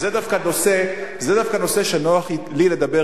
זה דווקא נושא שנוח לי לדבר,